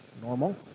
normal